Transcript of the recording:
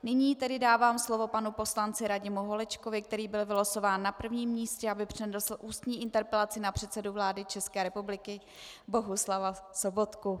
Nyní tedy dávám slovo panu poslanci Radimu Holečkovi, který byl vylosován na prvním místě, aby přednesl ústní interpelaci na předsedu vlády České republiky Bohuslava Sobotku.